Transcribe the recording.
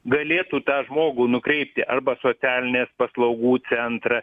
galėtų tą žmogų nukreipti arba socialinės paslaugų centrą